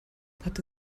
hatte